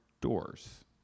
doors